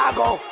go